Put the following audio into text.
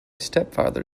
stepfather